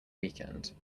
weekend